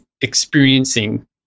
experiencing